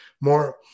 more